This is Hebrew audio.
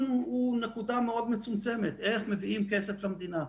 הוא נקודה מאוד מצומצמת איך מביאים כסף למדינה.